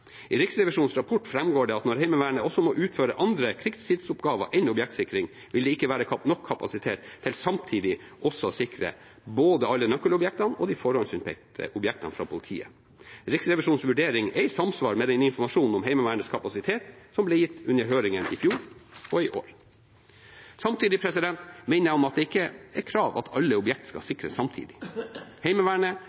I Riksrevisjonens rapport framgår det at når Heimevernet også må utføre andre krigstidsppgaver enn objektsikring, vil det ikke være nok kapasitet til samtidig også å sikre både alle nøkkelobjektene og de forhåndsutpekte objektene fra politiet. Riksrevisjonens vurdering er i samsvar med den informasjon om Heimevernets kapasitet som ble gitt under høringen i fjor og i år. Samtidig minner jeg om at det ikke er et krav at alle objekter skal